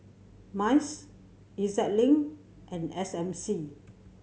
MICE E Z Link and S M C